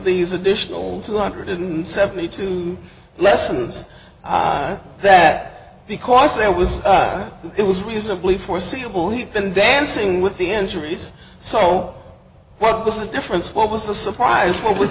these additional two hundred and seventy two lessons that because there was that it was reasonably foreseeable he'd been dancing with the injuries so what the difference what was the surprise what was